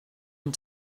une